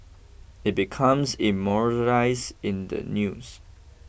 it becomes immortalised in the news